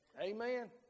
Amen